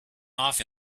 off